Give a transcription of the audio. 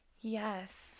yes